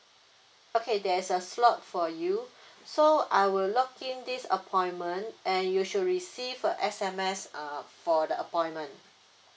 okay there's a slot for you so I will lock in this appointment and you should receive a S_M_S uh for the appointment